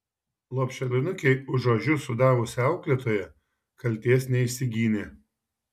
lopšelinukei už ožius sudavusi auklėtoja kaltės neišsigynė